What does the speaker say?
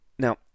Now